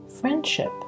friendship